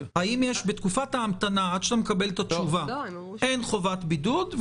בתקופת ההמתנה עד שאתה מקבל את התשובה אין חובת בידוד.